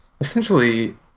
essentially